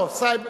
נפאע.